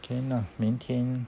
can lah 明天